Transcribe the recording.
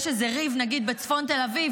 שיש איזה ריב נגיד בצפון תל אביב,